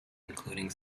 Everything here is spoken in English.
including